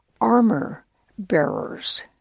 armor-bearers